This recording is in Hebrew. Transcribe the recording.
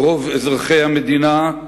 רוב אזרחי המדינה,